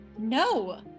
No